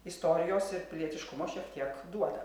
istorijos ir pilietiškumo šiek tiek duoda